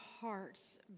hearts